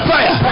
Fire